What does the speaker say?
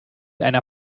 einer